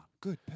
Good